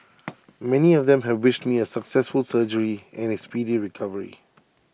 many of them have wished me A successful surgery and A speedy recovery